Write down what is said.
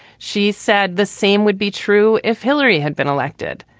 she said the same would be true if hillary had been elected,